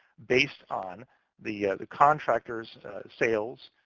based on the contractor's sales,